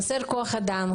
כי חסר כוח אדם,